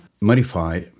modify